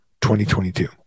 2022